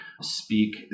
speak